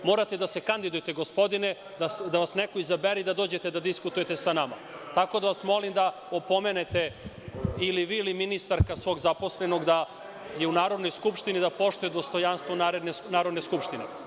Morate da se kandidujete, gospodine, da vas neko izabere i da dođete da diskutujete sa nama, pa vas molim da opomenete, ili vi, ili ministarka, svog zaposlenog da je u Narodnoj skupštini i da poštuje dostojanstvo Narodne skupštine.